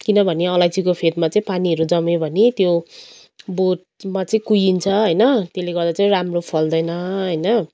किनभने अलैँचीको फेदमा चाहिँ पानीहरू जम्यो भने त्यो बोटमा चाहिँ कुहिन्छ होइन त्यसले गर्दा चाहिँ राम्रो फल्दैन होइन